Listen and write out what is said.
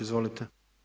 Izvolite.